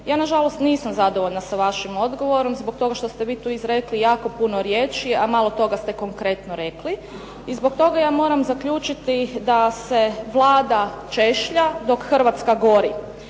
Ja na žalost nisam zadovoljna sa vašim odgovora, zbog toga što ste vi tu izrekli jako puno riječi, a malo toga ste konkretno rekli. I zbog toga ja moram zaključiti da se Vlada češlja dok Hrvatska gori.